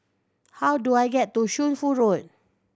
how do I get to Shunfu Road